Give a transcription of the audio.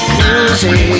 music